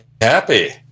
happy